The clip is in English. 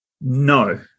No